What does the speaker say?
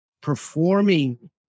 performing